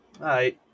hi